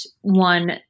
one